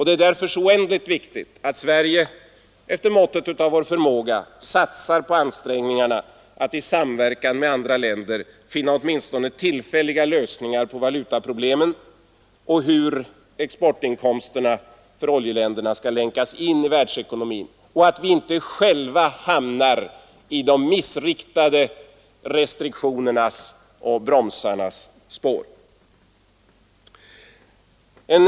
Därför är det oändligt viktigt att Sverige efter måttet av sin förmåga satsar på ansträngningarna att i samverkan med andra länder finna åtminstone tillfälliga lösningar på valutaproblemen och den stora frågan om hur oljeländernas exportinkomster skall länkas in i världsekonomin, så att vi inte själva hamnar i de missriktade restriktionernas och bromsarnas spår.